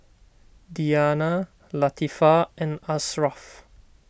Diyana Latifa and Ashraf